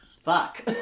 fuck